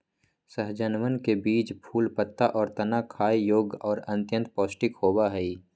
सहजनवन के बीज, फूल, पत्ता, और तना खाय योग्य और अत्यंत पौष्टिक होबा हई